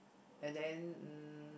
and then um